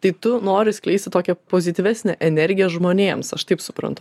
tai tu nori skleisti tokią pozityvesnę energiją žmonėms aš taip suprantu